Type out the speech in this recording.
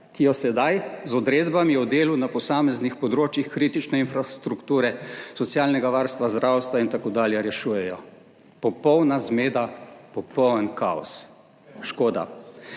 ki jo sedaj z odredbami o delu na posameznih področjih kritične infrastrukture, socialnega varstva, zdravstva in tako dalje rešujejo. Popolna zmeda, popoln kaos. Škoda.